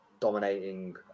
Dominating